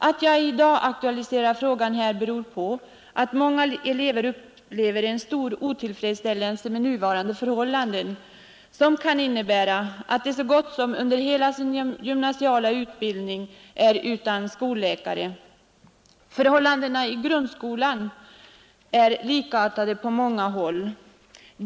Att jag i dag aktualiserar frågan här beror på att många elever upplever en stor otillfredsställelse med nuvarande förhållanden, som kan innebära att de så gott som under hela sin gymnasiala utbildning är utan skolläkare. Förhållandena i grundskolan är likartade på många håll.